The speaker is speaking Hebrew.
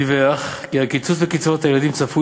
דיווח כי הקיצוץ בקצבאות הילדים צפוי